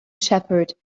shepherd